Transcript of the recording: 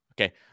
Okay